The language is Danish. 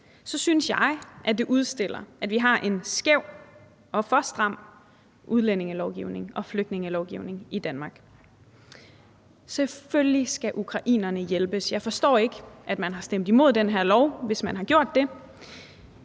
synes jeg, at det udstiller, at vi har en skæv og for stram udlændingelovgivning og flygtningelovgivning i Danmark. Selvfølgelig skal ukrainerne hjælpes. Jeg forstår ikke, at man har stemt imod det her lovforslag – hvis man har gjort det